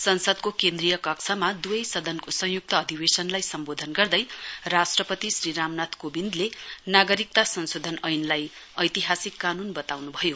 संसदको केन्द्रीय कक्षमा दुवै सदनको संयुक्त अधिवेशनलाई सम्बोधन गर्दै राष्ट्रपति श्री रामनाथ कोबिन्दले नागरिकता संशोधन ऐनलाई ऐतिहासिक कानून बताउनु भयो